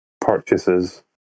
purchases